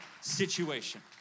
situation